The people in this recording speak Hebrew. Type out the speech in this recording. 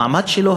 המעמד שלו,